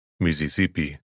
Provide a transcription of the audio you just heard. Mississippi